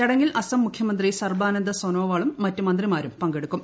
ചടങ്ങിൽ അസം മുഖ്യമന്ത്രി സർബാനന്ദ സോനോവാളും മറ്റ് മന്ത്രിമാരും പങ്കെടുക്കും